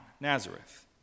Nazareth